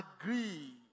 agree